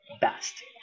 best